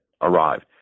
arrived